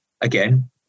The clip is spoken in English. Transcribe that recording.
Again